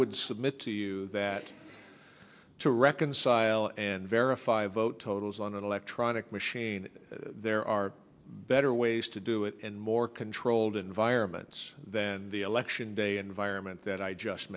would submit to you that to reconcile and verify vote totals on an electronic machine there are better ways to do it and more controlled environments than the election day environment that i just